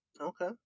Okay